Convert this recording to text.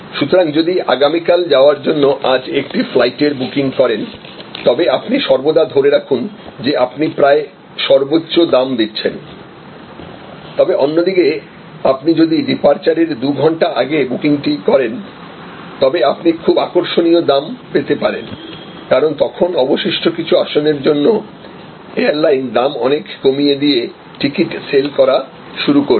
সুতরাং যদি আগামীকাল যাওয়ার জন্য আজ একটি ফ্লাইটের বুকিং করেন তবে আপনি সর্বদা ধরে রাখুন যে আপনি প্রায় সর্বোচ্চ দাম দিচ্ছেন তবে অন্যদিকে আপনি যদি ডিপারচার এর 2 ঘন্টা আগে বুকিংটি করেন তবে আপনি খুব আকর্ষণীয় দাম পেতে পারেন কারণ তখন অবশিষ্ট কিছু আসনের জন্য এয়ার লাইন দাম অনেক কমিয়ে দিয়ে টিকিট সেল করা শুরু করবে